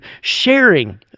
sharing